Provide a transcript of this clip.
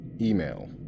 Email